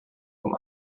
com